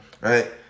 right